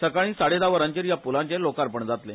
सकाळी साडे धा वरांचेर या पूलांचे लोकार्पण जातले